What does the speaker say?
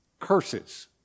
curses